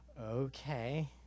okay